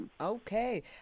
Okay